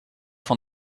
van